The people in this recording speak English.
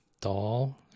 doll